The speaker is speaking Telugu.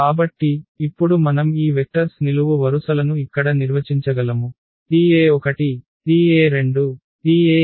కాబట్టి ఇప్పుడు మనం ఈ వెక్టర్స్ నిలువు వరుసలను ఇక్కడ నిర్వచించగలము Te1 Te2 Ten